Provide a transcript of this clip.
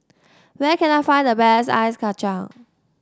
where can I find the best Ice Kachang